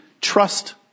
trust